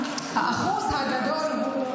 האחוז הגדול,